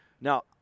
Now